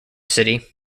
city